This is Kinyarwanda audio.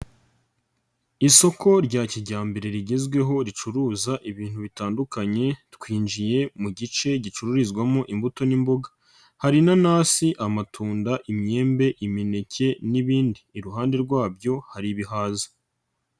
Isoko rya kijyambere rigezweho ricuruza ibintu bitandukanye, twinjiye mu gice gicururizwamo imbuto n'imboga, hari inanasi, amatunda, imyembe, imineke n'ibindi, iruhande rwabyo hari ibihaza.